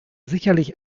sicherlich